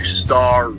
star